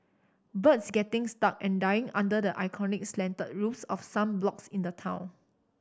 birds getting stuck and dying under the iconic slanted roofs of some blocks in the town